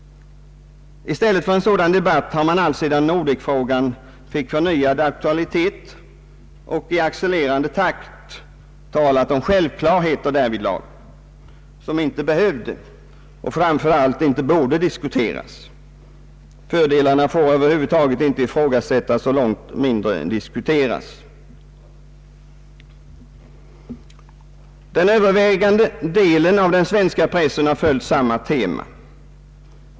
I stället för en sådan debatt har man alltsedan Nordekfrågan fick förnyad aktualitet i accelererande takt talat om självklarhet därvidlag som inte behövde och framför allt inte borde diskuteras. Fördelarna får över huvud taget inte diskuteras — långt mindre ifrågasättas. Den övervägande delen av den svenska pressen har följt samma tema.